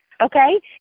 okay